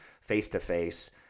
face-to-face